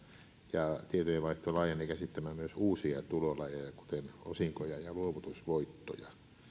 ja tietojenvaihto laajenee käsittämään myös uusia tulolajeja kuten osinkoja ja luovutusvoittoja